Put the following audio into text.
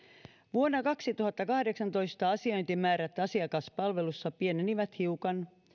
vuonna kaksituhattakahdeksantoista asiointimäärät asiakaspalvelussa pienenivät hiukan